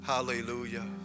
Hallelujah